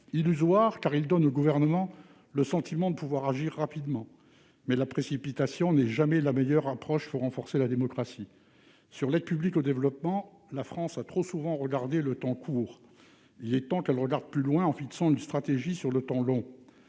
illusoire : il donne à l'exécutif le sentiment de pouvoir agir rapidement, mais la précipitation n'est jamais la meilleure approche pour renforcer la démocratie. Sur l'aide publique au développement, la France a trop souvent regardé le temps court. L'heure est venue pour elle de voir plus loin, en fixant une stratégie sur le temps long.